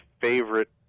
favorite